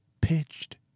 pitched